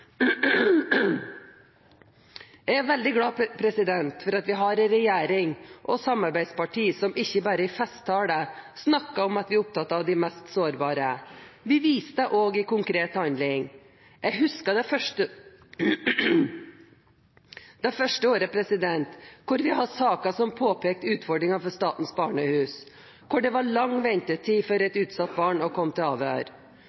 som ikke bare i festtaler snakker om at vi er opptatt av de mest sårbare. Vi viser det også i konkret handling. Jeg husker det første året, da vi hadde saker som påpekte utfordringer for Statens barnehus, hvor det var lang ventetid for